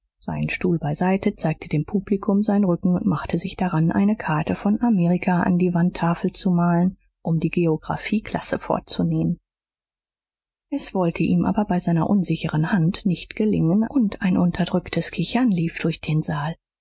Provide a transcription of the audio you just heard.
seinen stuhl beiseite zeigte dem publikum seinen rücken und machte sich dran eine karte von amerika an die wandtafel zu malen um die geographieklasse vorzunehmen es wollte ihm aber bei seiner unsicheren hand nicht gelingen und ein unterdrücktes kichern lief durch den saal